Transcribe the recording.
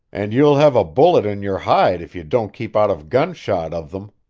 and you'll have a bullet in your hide if you don't keep out of gunshot of them,